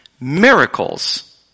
miracles